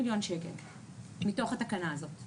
מיכל נמני, את יכולה להתייחס?